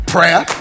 Prayer